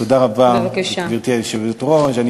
תודה רבה, גברתי היושבת-ראש.